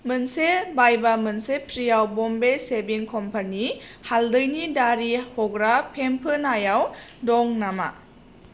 मोनसे बायबा मोनसे फ्रि'याव बम्बे शेविं कम्पेनि हालदैनि दारि हग्रा फेमफोनायाव दं नामा